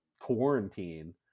quarantine